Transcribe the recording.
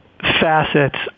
facets